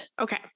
Okay